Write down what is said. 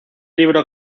libro